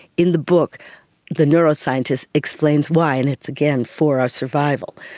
in the book the neuroscientist explains why and it's, again, for our survival.